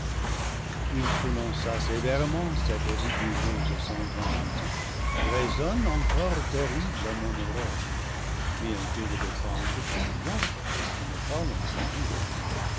il prononça sévèrement cette rigoureuse sentence qui ré sonne encore terrible à mon oreille bien qu'il ne dépende que de moi de ne pas l'encourir